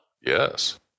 yes